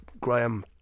Graham